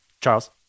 Charles